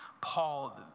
Paul